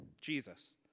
Jesus